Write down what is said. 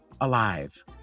alive